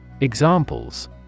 Examples